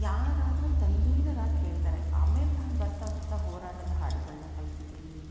ಯಾರಾದರೂ ತಲ್ಲೀನರಾಗಿ ಕೇಳ್ತಾರೆ ಆಮೇಲೆ ನಾನು ಬರ್ತಾ ಬರ್ತಾ ಹೋರಾಟದ ಹಾಡುಗಳನ್ನ ಕಲ್ತಿದ್ದೀನಿ